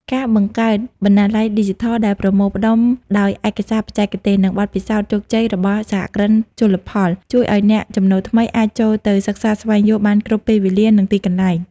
ការបង្កើតបណ្ណាល័យឌីជីថលដែលប្រមូលផ្ដុំដោយឯកសារបច្ចេកទេស និងបទពិសោធន៍ជោគជ័យរបស់សហគ្រិនជលផល ជួយឱ្យអ្នកចំណូលថ្មីអាចចូលទៅសិក្សាស្វែងយល់បានគ្រប់ពេលវេលា និងទីកន្លែង។